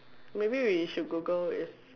maybe we should Google if